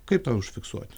kaip tą užfiksuot